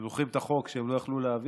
אתם זוכרים את החוק שהם לא יכלו להעביר?